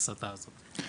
ההסטה הזאת.